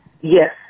Yes